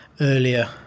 earlier